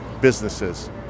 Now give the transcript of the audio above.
businesses